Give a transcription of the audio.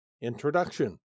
Introduction